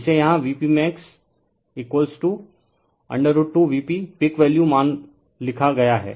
इसे यहां Vpmax √2Vp peak value लिखा गया है